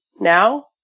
now